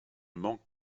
manquent